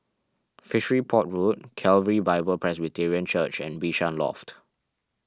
Fishery Port Road Calvary Bible Presbyterian Church and Bishan Loft